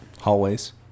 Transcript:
Hallways